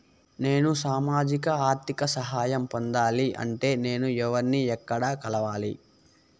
నేను సామాజిక ఆర్థిక సహాయం పొందాలి అంటే నేను ఎవర్ని ఎక్కడ కలవాలి?